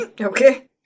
Okay